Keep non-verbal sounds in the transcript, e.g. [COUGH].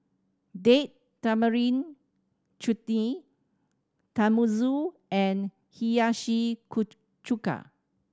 Date Tamarind Chutney Tenmusu and Hiyashi [UNINTELLIGIBLE] Chuka